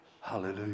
Hallelujah